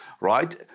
right